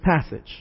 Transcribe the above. passage